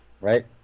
Right